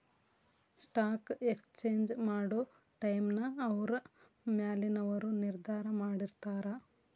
stock exchange ಮಾಡೊ ಟೈಮ್ನ ಅವ್ರ ಮ್ಯಾಲಿನವರು ನಿರ್ಧಾರ ಮಾಡಿರ್ತಾರ